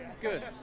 good